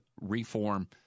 reform